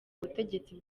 ubutegetsi